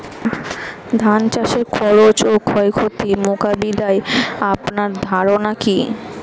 ধান চাষের খরচ ও ক্ষয়ক্ষতি মোকাবিলায় আপনার ধারণা কী?